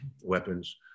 weapons